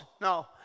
No